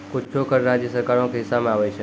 कुछो कर राज्य सरकारो के हिस्सा मे आबै छै